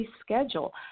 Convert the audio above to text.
schedule